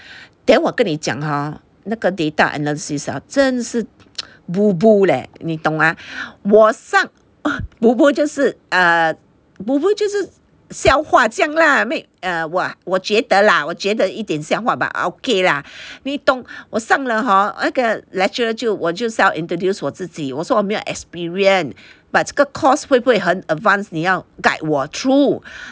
then 我跟你讲 hor 那个 data analysis hor 真是 boo boo leh 你懂 ah 我上 boo boo 就是 err boo boo 就是笑话这样啦 make err !wah! 我觉得啦我觉得一点笑话 but okay lah 你懂我上了 hor 那个 lecturer 就我就 self introduce 我自己我说我没有 experience but 这个 course 会不会很 advanced 你要 guide 我 through